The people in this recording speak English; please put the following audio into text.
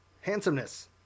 Handsomeness